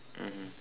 mmhmm